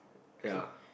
ya